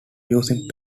using